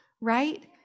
right